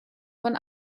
von